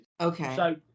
Okay